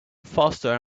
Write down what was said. faster